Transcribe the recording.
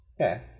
okay